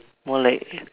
more like